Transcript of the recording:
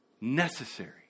necessary